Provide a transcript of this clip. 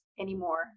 anymore